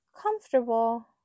comfortable